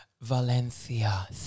Valencia